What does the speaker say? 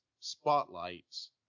spotlights